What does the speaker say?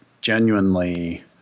genuinely